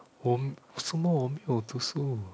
我什么我没有读书